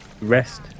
rest